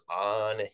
on